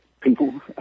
people